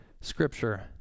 Scripture